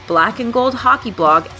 blackandgoldhockeyblog